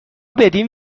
بدین